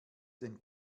denn